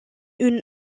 une